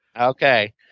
Okay